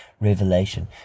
revelation